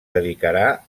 dedicarà